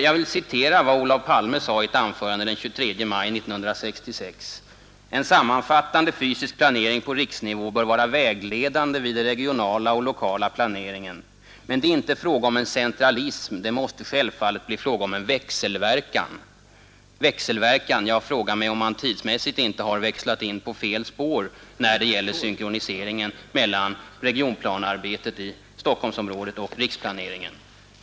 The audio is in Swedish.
Jag vill citera vad Olof Palme sade i ett anförande den 23 maj 1966: ”En sammanfattande fysisk planering på riksnivå bör vara vägledande vid den regionala och lokala planeringen. Men det är inte fråga om en centralism. Det måste självfallet bli fråga om en växelverkan.” ”Växelverkan”! Jag frågar mig om man tidsmässigt inte har växlat in på fel spår när det gäller synkroniseringen mellan regionplanearbetet i Stockholmsområdet och riksplaneringen.